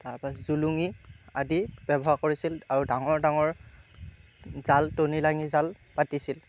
তাৰপৰা জুলুঙী আদি ব্যৱহাৰ কৰিছিল আৰু ডাঙৰ ডাঙৰ জাল টুনী লাঙি জাল পাতিছিল